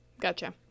Gotcha